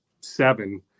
seven